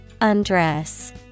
Undress